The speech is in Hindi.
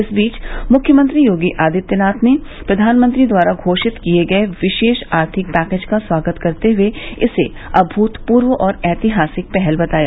इस बीच मुख्यमंत्री योगी आदित्यनाथ ने प्रधानमंत्री द्वारा घोषित किए गए विशेष आर्थिक पैकेज का स्वागत करते हुए इसे अभूतपूर्व और ऐतिहासिक पहल बताया